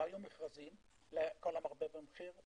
לכל המרבה במחיר.